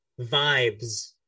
vibes